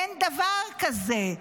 אין דבר כזה.